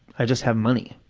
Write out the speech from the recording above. i just have money.